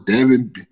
Devin